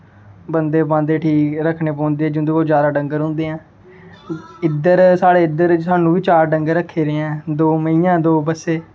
बंदे बांदे रखने पौंदे ऐ जिं'दे कोल जादा डंगर होंदे ऐ इद्धर साढ़े इद्धर सानूं चार डंगर रक्खे दे ऐं दो मैंहियां दो बच्छे